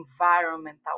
environmental